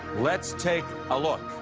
let's take a look.